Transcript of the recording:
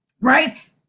right